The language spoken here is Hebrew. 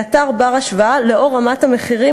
המכרז אינו לשבע שנים אלא לחמש שנים,